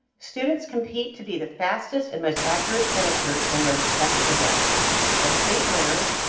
students compete to be the fastest and most accurate finishers in their respective events as state winners.